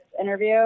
interview